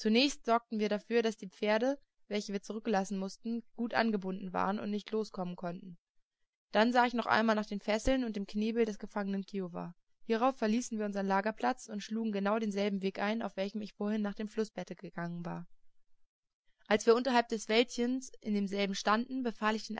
zunächst sorgten wir dafür daß die pferde welche wir zurücklassen mußten gut angebunden waren und nicht loskommen konnten dann sah ich noch einmal nach den fesseln und dem knebel des gefangenen kiowa hierauf verließen wir unsern lagerplatz und schlugen genau denselben weg ein auf welchem ich vorhin nach dem flußbette gegangen war als wir unterhalb des wäldchens in demselben standen befahl ich